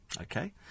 Okay